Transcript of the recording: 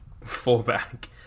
fullback